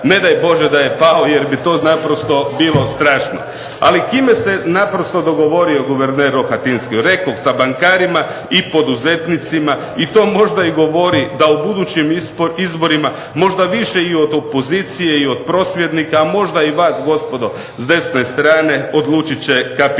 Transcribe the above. Ne daj bože da je pao jer bi to naprosto bilo strašno. Ali s kime se naprosto dogovorio guverner Rohatinski? Rekoh, sa bankarima i poduzetnicima i to možda i govori da u budućim izborima, možda više i od opozicije i od prosvjednika, a možda i vas gospodo s desne strane, odlučit će kapital.